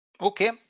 Okay